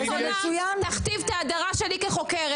אל תגיד לי שתפיסת עולם תכתיב את ההדרה שלי כחוקרת,